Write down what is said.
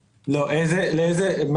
לזה?